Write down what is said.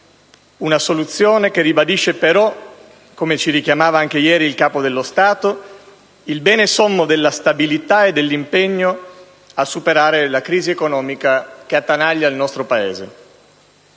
una soluzione che ribadisce però - come ci richiamava ieri anche il Capo dello Stato - il bene sommo della stabilità e dell'impegno a superare la crisi economica che attanaglia il nostro Paese.